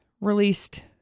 released